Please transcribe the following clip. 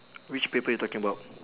which paper you talking about